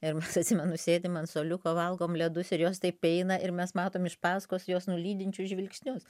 ir mes atsimenu sėdim ant suoliuko valgom ledus ir jos taip eina ir mes matom iš paskos jas nulydinčius žvilgsnius